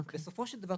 בסופו של דבר,